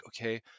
okay